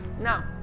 Now